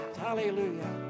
Hallelujah